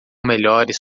melhores